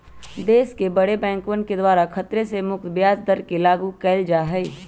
देश के बडे बैंकवन के द्वारा खतरे से मुक्त ब्याज दर के लागू कइल जा हई